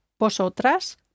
vosotras